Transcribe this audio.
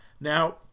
Now